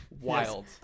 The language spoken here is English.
Wild